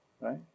Right